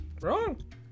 wrong